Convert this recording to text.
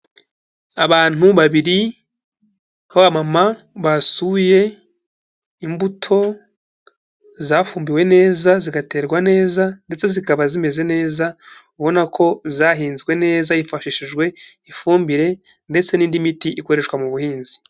Abantu babiri b'abamama basuye imbuto zafumbiwe neza zigaterwa neza ndetse zikaba zimeze neza, ubona ko zahinzwe neza hifashishijwe ifumbire ndetse n'indi miti ikoreshwa mu buhinzi.